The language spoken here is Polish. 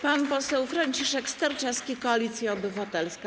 Pan poseł Franciszek Sterczewski, Koalicja Obywatelska.